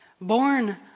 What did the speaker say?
born